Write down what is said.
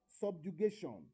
subjugation